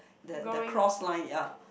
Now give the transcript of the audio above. the the cross line ya